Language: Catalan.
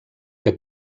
que